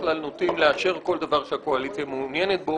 כלל נוטים לאשר כל דבר שהקואליציה מעוניינת בו,